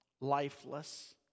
lifeless